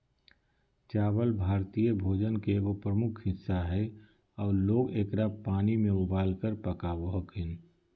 चावल भारतीय भोजन के एगो प्रमुख हिस्सा हइ आऊ लोग एकरा पानी में उबालकर पकाबो हखिन